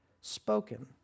spoken